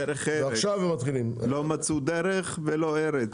דרך ארץ לא מצאו דרך ולא ארץ.